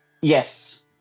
Yes